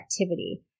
activity